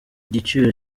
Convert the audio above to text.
igiciro